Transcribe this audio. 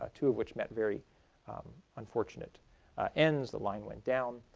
ah two of which met very unfortunate ends the line went down.